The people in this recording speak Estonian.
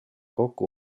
kokku